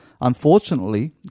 unfortunately